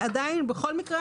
בכל מקרה,